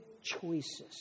choices